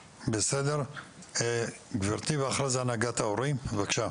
גברתי, בבקשה.